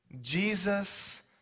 Jesus